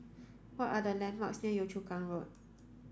what are the landmarks near Yio Chu Kang Road